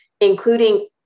including